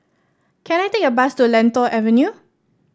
can I take a bus to Lentor Avenue